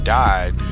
died